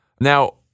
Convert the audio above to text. Now